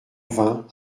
vingt